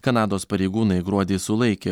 kanados pareigūnai gruodį sulaikė